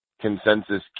consensus